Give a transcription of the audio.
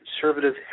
conservative